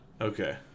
Okay